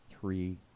three